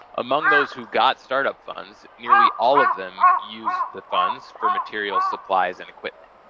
among those who got startup funds, nearly all of them used the funds for material, supplies, and equipment.